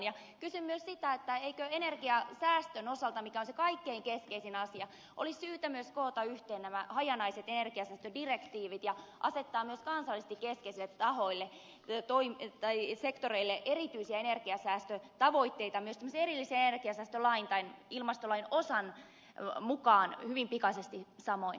kysyn myös sitä eikö energian säästön osalta joka on se kaikkein keskeisin asia olisi syytä myös koota yhteen nämä hajanaiset energiansäästödirektiivit ja asettaa myös kansallisesti keskeisille sektoreille erityisiä energiansäästötavoitteita myös tämmöisen erillisen energiansäästölain tai ilmastolain osan mukaan hyvin pikaisesti samoin